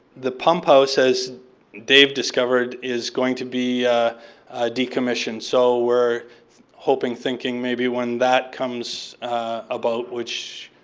the pump house as dave discovered is going to be decommissioned. so we're hoping, thinking maybe when that comes about, which